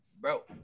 Bro